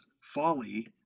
folly